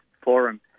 forum